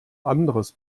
anderes